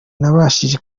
nabashije